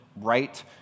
right